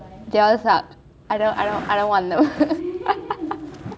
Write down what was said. I have ~ I don't want I don't want them